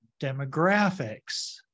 demographics